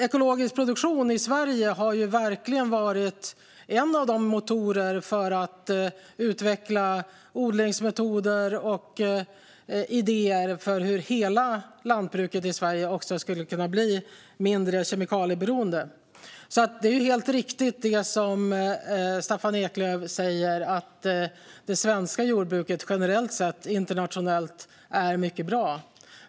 Ekologisk produktion i Sverige har verkligen varit en av motorerna för att utveckla odlingsmetoder och idéer för hur hela lantbruket i Sverige också skulle kunna bli mindre kemikalieberoende. Det är helt riktigt som Staffan Eklöf säger: Det svenska jordbruket generellt och internationellt sett är mycket bra.